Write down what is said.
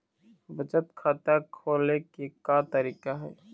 बचत खाता खोले के का तरीका हे?